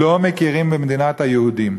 לא מכירים במדינת היהודים.